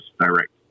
direct